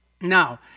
Now